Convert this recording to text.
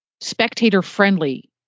spectator-friendly